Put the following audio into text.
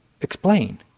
explain